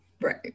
right